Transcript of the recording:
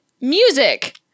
music